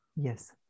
Yes